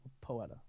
Poeta